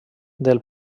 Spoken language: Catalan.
del